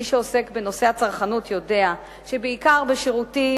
מי שעוסק בנושא הצרכנות יודע שבעיקר בשירותים